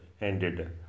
ended